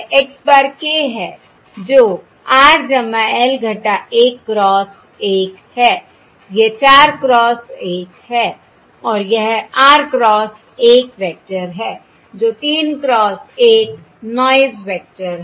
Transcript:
यह x bar k है जो r L 1 क्रॉस 1 है यह 4 क्रॉस 1 है और यह r क्रॉस 1 वेक्टर है जो 3 क्रॉस 1 नॉयस वेक्टर है